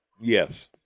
yes